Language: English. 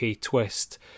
twist